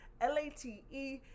L-A-T-E